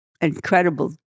incredible